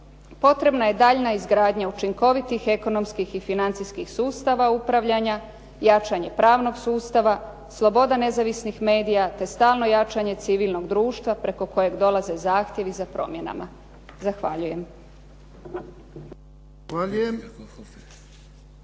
potrebna je daljnja izgradnja učinkovitih ekonomskih i financijskih sustava upravljanja, jačanje pravnog sustava, sloboda nezavisnih medija te stalno jačanje civilnog društva preko kojeg dolaze zahtjevi za promjenama. Zahvaljujem.